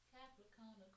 Capricorn